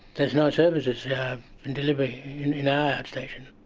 there is no services yeah and delivered in our outstation.